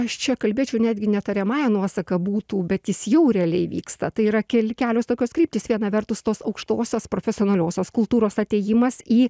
aš čia kalbėčiau netgi ne tariamąja nuosaka būtų bet jis jau realiai vyksta tai yra keli kelios tokios kryptys viena vertus tos aukštosios profesionaliosios kultūros atėjimas į